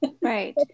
Right